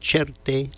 Certe